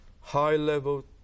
high-level